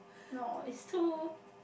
no is too